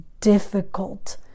difficult